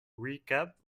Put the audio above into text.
recap